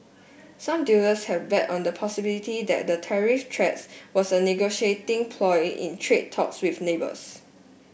some dealers have bet on the possibility that the tariff threats was a negotiating ploy in trade talks with neighbours